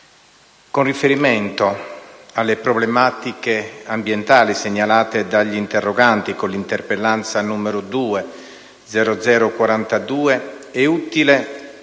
Con riferimento alle problematiche ambientali segnalate dagli interroganti con l'interpellanza n. 42, è utile